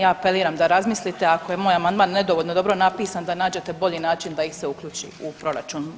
Ja apeliram da razmislite ako je moj amandman nedovoljno dobro napisan da nađete bolji način da ih se uključi u proračun.